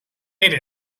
ate